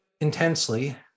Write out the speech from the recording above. intensely